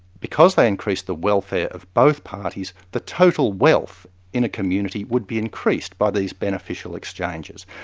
because they increase the welfare of both parties, the total wealth in a community would be increased by these beneficial exchanges.